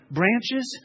branches